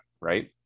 right